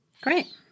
Great